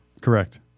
Correct